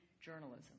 journalism